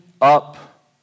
up